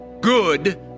good